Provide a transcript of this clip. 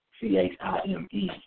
C-H-I-M-E